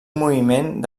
moviment